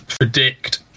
predict